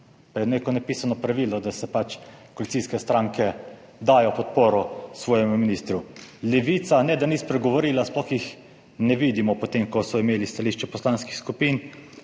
je neko nepisano pravilo, da pač koalicijske stranke dajo podporo svojemu ministru, Levica ne da ni spregovorila, sploh jih ne vidimo po tem, ko so imeli stališča poslanskih skupin.